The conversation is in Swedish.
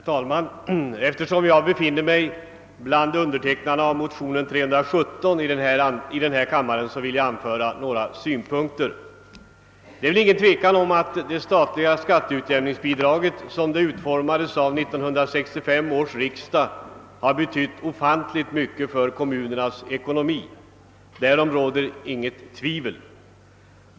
Herr talman! Eftersom jag befinner mig bland undertecknarna av motionen II: 317 vill jag anföra några synpunkter. Det statliga skatteutjämningsbidraget, sådant detta utformades av 1965 års riksdag, har utan tvivel betytt ofantligt mycket för kommunernas ekonomi.